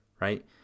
right